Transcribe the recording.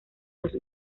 los